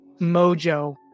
mojo